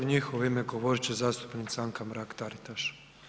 U njihovo ime govorit će zastupnika Anka Mrak TAritaš.